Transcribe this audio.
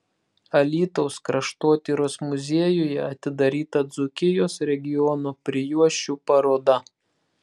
alytaus kraštotyros muziejuje atidaryta dzūkijos regiono prijuosčių paroda